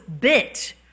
bit